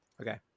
okay